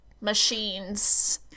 machines